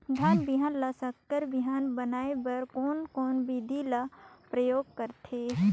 धान बिहान ल संकर बिहान बनाय बर कोन कोन बिधी कर प्रयोग करथे?